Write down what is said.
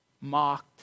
mocked